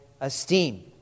esteem